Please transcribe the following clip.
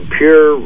pure